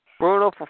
Bruno